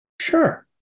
Sure